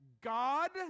God